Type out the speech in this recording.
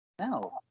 No